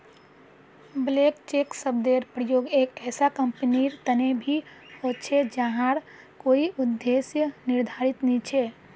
blank cheque शब्देर प्रयोग एक ऐसा कंपनीर तने भी ह छे जहार कोई उद्देश्य निर्धारित नी छ